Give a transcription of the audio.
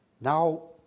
Now